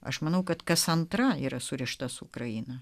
aš manau kad kas antra yra surišta su ukraina